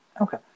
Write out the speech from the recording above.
Okay